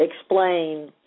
explain